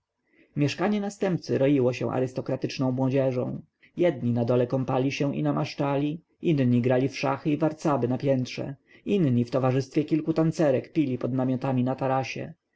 mieszkanie następcy roiło się arystokratyczną młodzieżą jedni na dole kąpali się i namaszczali inni grali w szachy i warcaby na piętrze inni w towarzystwie kilku tancerek pili pod namiotami na tarasie